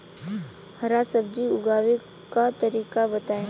हरा सब्जी उगाव का तरीका बताई?